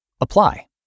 apply